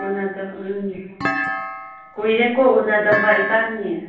ꯎꯅꯗꯕ ꯎꯝ ꯀꯨꯏꯔꯦꯀꯣ ꯎꯅꯗꯕ ꯏꯕꯥꯟꯅꯤ